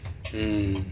mm